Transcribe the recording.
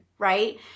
right